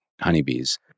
honeybees